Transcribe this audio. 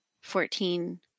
fourteen